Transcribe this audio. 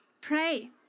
Pray